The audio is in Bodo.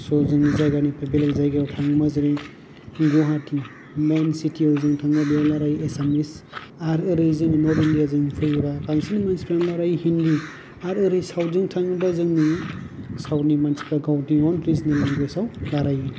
स' जोंनि जायगानिफ्राय बेलेग जायगायाव थाङोब्ला जेरै गुवाहाटि मेइन सिति याव जों थाङोब्ला बेयाव रायज्लायो एसामिस आरो ओरै जोङो नर्थ इण्डिया जों फैयोबा बांसिन मानसिफ्रा रायज्लायो हिन्दी आरो ओरै साउथ जों थाङोब्ला जों नुयो साउथ नि मानसिफोरा गावनि अउन रिजोनेल लेंगुवेज आव रायज्लायो